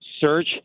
search